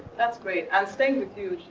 that's great. and staying with you,